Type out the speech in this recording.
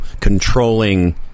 controlling